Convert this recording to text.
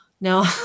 No